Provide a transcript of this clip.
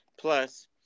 plus